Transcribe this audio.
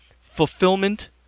fulfillment